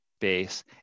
base